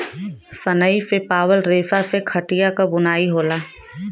सनई से पावल रेसा से खटिया क बुनाई होला